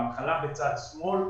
בהתחלה בצד שמאל,